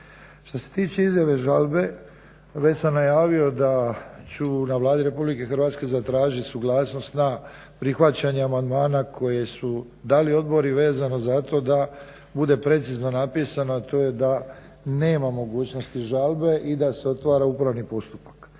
Što se tiče izjave žalbe već sam najavio da ću na Vladi RH zatražiti suglasnost na prihvaćanje amandmana koje su dali odbori vezano za to da budu precizno napisano, a to je da nema mogućnosti žalbe i da se otvara upravni postupak.